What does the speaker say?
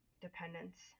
dependence